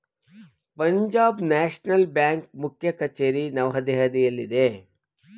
Punjab national ಬ್ಯಾಂಕ್ನ ಮುಖ್ಯ ಕಚೇರಿ ನವದೆಹಲಿಯಲ್ಲಿದೆ